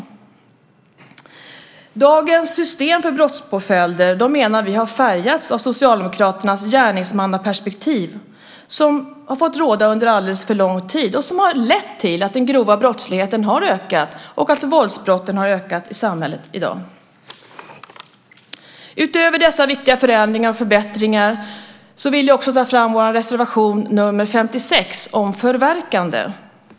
Vi menar att dagens system för brottspåföljder har färgats av Socialdemokraternas gärningsmannaperspektiv som har fått råda under alldeles för lång tid. Det har lett till att den grova brottsligheten och våldsbrotten har ökat i samhället i dag. Utöver dessa viktiga förändringar och förbättringar vill jag ta fram vår reservation nr 56 om förverkande.